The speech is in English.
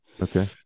Okay